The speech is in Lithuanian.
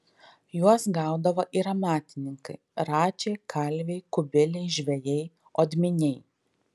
juos gaudavo ir amatininkai račiai kalviai kubiliai žvejai odminiai